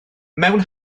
mewn